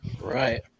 Right